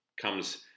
comes